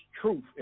truth